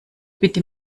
bitte